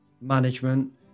management